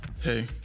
Hey